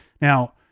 Now